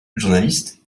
journaliste